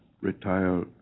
retire